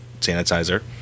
sanitizer